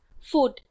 food